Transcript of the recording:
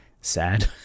sad